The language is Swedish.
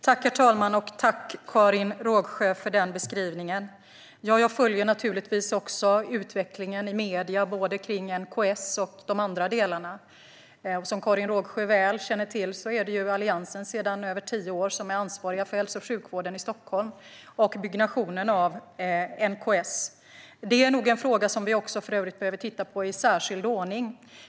Herr talman! Tack, Karin Rågsjö, för beskrivningen! Jag följer naturligtvis också utvecklingen i medierna när det gäller både NKS och de andra delarna. Som Karin Rågsjö väl känner till är det Alliansen som sedan över tio år är ansvarig för hälso och sjukvården i Stockholm och byggnationen av NKS. Det är nog för övrigt en fråga som vi behöver titta på i särskild ordning.